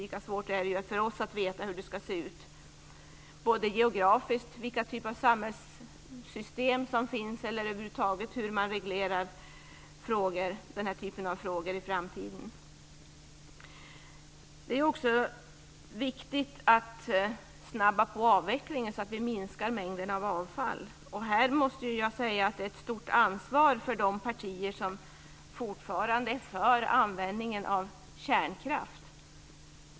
Lika svårt är det för oss att veta hur det ska se ut - både geografiskt vilka typer av samhällssystem som det kommer att finnas och över huvud taget hur man reglerar den här typen av frågor i framtiden. Det är vidare viktigt att snabba på avvecklingen så att vi minskar mängden avfall. Här måste jag säga att det är ett stort ansvar för de partier som fortfarande är för användningen av kärnkraft.